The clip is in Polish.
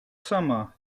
sama